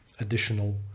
additional